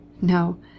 No